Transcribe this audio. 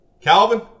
Calvin